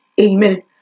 Amen